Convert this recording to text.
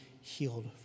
healed